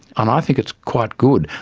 and i think it's quite good,